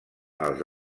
els